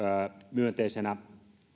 myönteisenä